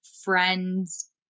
friend's